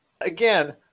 Again